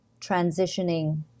transitioning